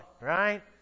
right